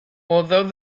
although